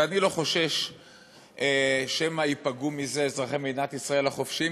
ואני לא חושש שמא ייפגעו מזה אזרחי מדינת ישראל החופשיים,